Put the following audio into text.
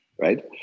right